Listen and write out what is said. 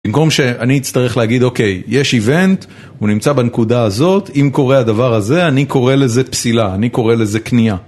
במקום שאני אצטרך להגיד אוקיי, יש איבנט, הוא נמצא בנקודה הזאת, אם קורה הדבר הזה, אני קורא לזה פסילה, אני קורא לזה קנייה.